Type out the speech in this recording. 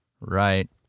Right